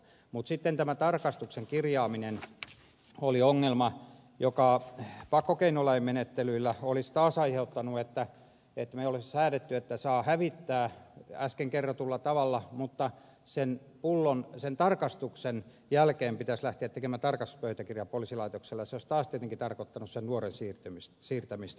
mutta sitten tämän tarkastuksen kirjaaminen oli ongelma joka pakkokeinolain menettelyillä olisi taas aiheuttanut että me olisimme säätäneet että saa hävittää äsken kerrotulla tavalla mutta sen tarkastuksen jälkeen pitäisi lähteä tekemään tarkastuspöytäkirja poliisilaitokselle ja se olisi taas tietenkin tarkoittanut sen nuoren siirtämistä sinne